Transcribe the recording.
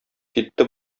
китте